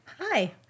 hi